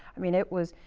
i mean, it was,